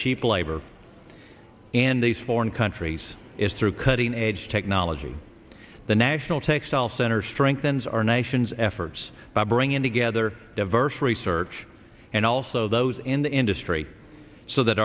cheap labor in these foreign countries is through cutting edge technology the national textile center strengthens our nation's efforts by bringing together diverse research and also those in the industry so that